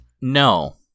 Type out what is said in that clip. No